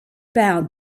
bound